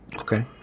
Okay